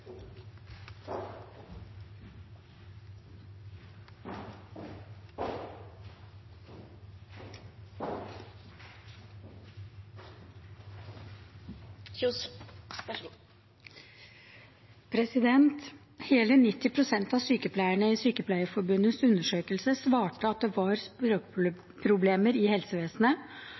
Hele 90 pst. av sykepleierne i Sykepleierforbundets undersøkelse svarte at det var språkproblemer i helsevesenet,